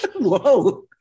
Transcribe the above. Whoa